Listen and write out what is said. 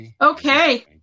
Okay